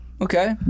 Okay